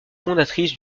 fondatrices